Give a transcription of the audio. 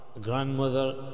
Grandmother